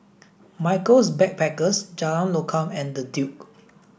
Michaels Backpackers Jalan Lokam and The Duke